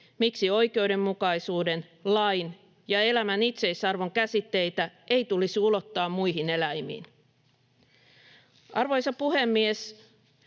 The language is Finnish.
miksi oikeudenmukaisuuden, lain ja elämän itseisarvon käsitteitä ei tulisi ulottaa muihin eläimiin. Arvoisa puhemies!